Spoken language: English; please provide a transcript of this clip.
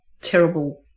terrible